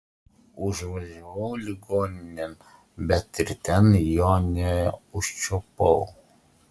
užvažiavau ligoninėn bet ir ten jo neužčiupau